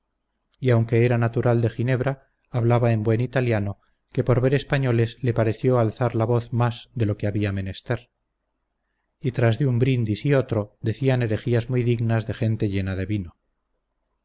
y aunque era natural de ginebra hablaba en buen italiano que por ver españoles le pareció alzar la voz más de lo que había menester y tras de un brindis y otro decían herejías muy dignas de gente llena de vino